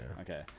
Okay